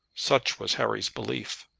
such was harry's belief,